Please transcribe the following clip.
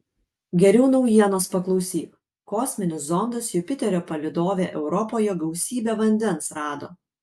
geriau naujienos paklausyk kosminis zondas jupiterio palydove europoje gausybę vandens rado